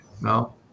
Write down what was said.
No